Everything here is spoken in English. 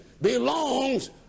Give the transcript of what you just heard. belongs